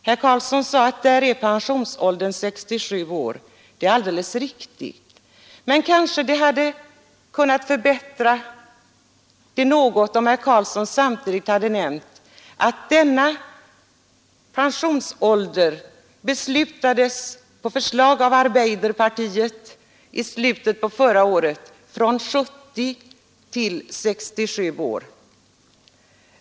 Herr Carlsson nämnde Norge och sade, att pensionsåldern där är 67 år. Det är alldeles riktigt, men kanske hade bilden blivit något bättre, om herr Carlsson samtidigt hade nämnt att pensionsåldern där sänktes på förslag av arbeiderpartiet i slutet på förra året från 70 till 67 år.